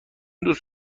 دوست